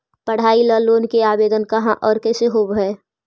पढाई ल लोन के आवेदन कहा औ कैसे होब है?